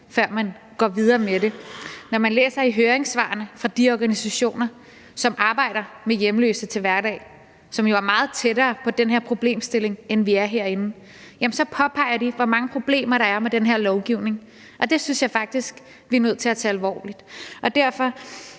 før man går videre med det. Når man læser i høringssvarene fra de organisationer, som arbejder med hjemløse til hverdag, og som jo er meget tættere på den her problemstilling, end vi er herinde, kan man se, at de påpeger, hvor mange problemer der er med den her lovgivning, og det synes jeg faktisk vi er nødt til at tage alvorligt. Og derfor